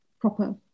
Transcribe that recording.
proper